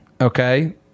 Okay